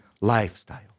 lifestyle